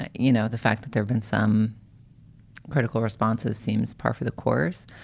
and you know, the fact that there've been some critical responses seems par for the course.